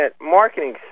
marketing